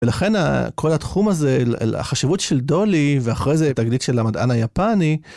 ולכן כל התחום הזה, החשיבות של דולי, ואחרי זה תגלית של המדען היפני.